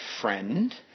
friend